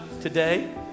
today